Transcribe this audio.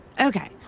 Okay